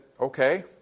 okay